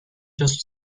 just